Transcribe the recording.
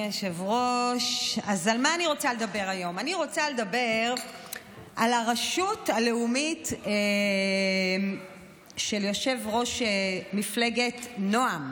אני רוצה לדבר על הרשות הלאומית של יו"ר מפלגת נעם,